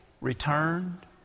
returned